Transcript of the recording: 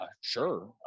sure